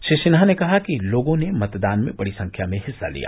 श्री सिन्हा ने कहा कि लोगों ने मतदान में बड़ी संख्या में हिस्सा लिया